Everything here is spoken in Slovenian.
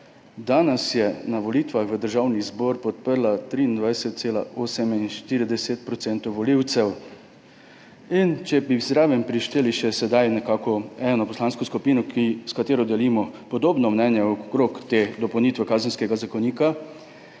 da nas je na volitvah v Državni zbor podprlo 23,48 % volivcev, če bi zdaj zraven prišteli še eno poslansko skupino, s katero delimo podobno mnenje okrog te dopolnitve Kazenskega zakonika,